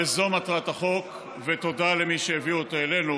וזו מטרת החוק, ותודה למי שהביא אותו אלינו,